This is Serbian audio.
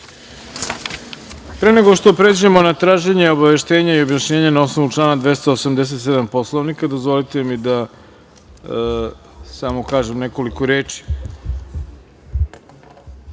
nego što pređemo na traženje obaveštenja ili objašnjenja na osnovu člana 287. Poslovnika, dozvolite mi da samo kažem nekoliko reči. Tačno